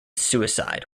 suicide